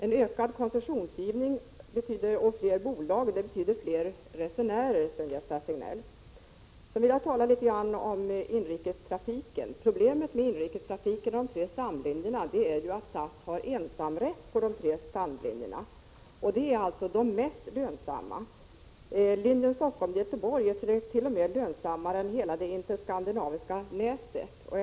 En ökad koncessionsgivning och fler bolag betyder fler resenärer, Sven-Gösta Signell. Jag vill också tala litet om inrikestrafiken. Problemet är att SAS har = Prot. 1986/87:132 ensamrätt på de tre stamlinjerna, som är SAS mest lönsamma. Linjen 27 maj 1987 Stockholm — Göteborg är t.o.m. lönsammare än hela det interskandinaviska Luftfart nätet.